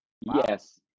yes